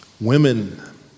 Women